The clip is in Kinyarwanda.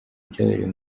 byabereye